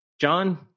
John